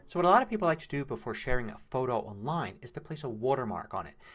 so a lot of people like to do before sharing a photo online is to place a watermark on it.